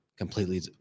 completely